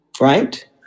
right